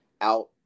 out